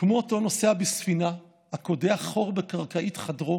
כמו הנוסע בספינה הקודח חור בקרקעית חדרו